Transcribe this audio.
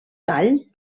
tall